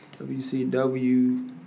WCW